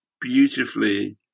beautifully